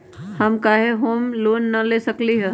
हम काहे home loan न ले सकली ह?